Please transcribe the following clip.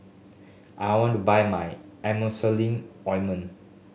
I want to buy my Emulsying Ointment